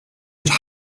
could